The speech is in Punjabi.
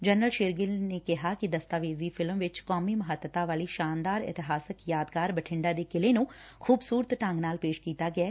ਜਨਰਲ ਸ਼ੇਰਗਿੱਲ ਕਿਹਾ ਕਿ ਦਸਤਾਵੇਜੀ ਫਿਲਮ ਵਿੱਚ ਕੌਮੀ ਮਹੱਤਤਾ ਵਾਲੀ ਸ਼ਾਨਦਾਰ ਇਤਿਹਾਸਕ ਯਾਦਗਾਰ ਬਠਿੰਡਾ ਦੇ ਕਿਲੇ ਨੂੰ ਖੂਬਸੂਰਤ ਢੰਗ ਨਾਲ ਪੇਸ਼ ਕੀਤਾ ਗਿਐ